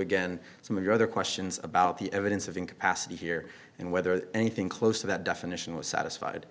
again some of the other questions about the evidence of incapacity here and whether anything close to that definition was satisfied